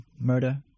murder